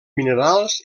minerals